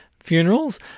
Funerals